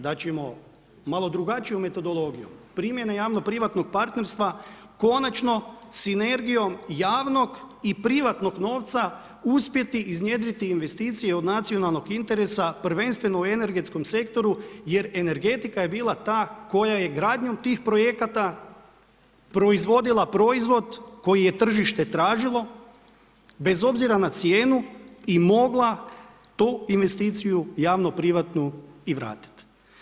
Da ćemo malo drugačiju metodologiju, primjene javno privatnog partnerstva, konačno, sinergijom javnog i privatnog novca, uspjeti iznjedriti, investicije iz nacionalnog interesa, prvenstveno u energetskom sektoru, jer energetika je bila ta, koja je gradnjom tih projekata proizvodila proizvod koji je tržište tražilo, bez obzira na cijenu i mogla tu investiciju, javno privatnu i vratit.